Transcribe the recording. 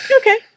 Okay